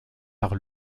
par